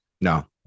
No